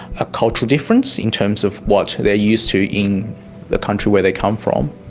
a cultural difference in terms of what they're used to in the country where they come from.